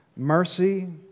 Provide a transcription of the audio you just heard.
Mercy